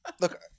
look